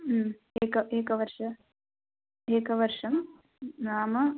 एक एकवर्ष एकवर्षं न् नाम